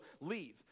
leave